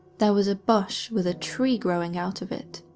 there was a bush with a tree growing out of it.